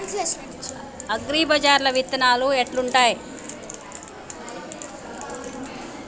అగ్రిబజార్ల విత్తనాలు ఎట్లుంటయ్?